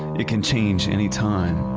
it can change anytime.